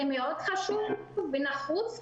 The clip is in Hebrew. זה מאוד חשוב ונחוץ,